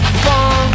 fun